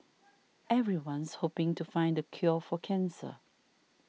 everyone's hoping to find the cure for cancer